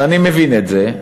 ואני מבין את זה,